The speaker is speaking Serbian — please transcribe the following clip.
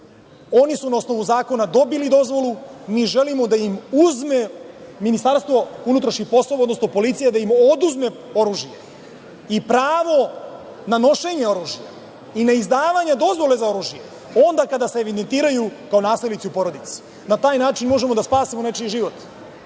Oni su na osnovu zakona dobili dozvolu. Mi želimo da im uzme MUP, odnosno policija da im oduzme oružje i pravo na nošenje oružja i na izdavanje dozvole za oružje onda kada se evidentiraju kao nasilnici u porodici. Na taj način možemo da spasimo nečiji život.